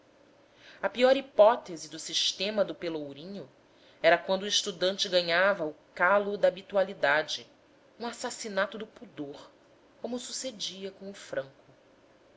a pior hipótese do sistema do pelourinho era quando o estudante ganhava o calo da habitualidade um assassinato do pudor como sucedia com o franco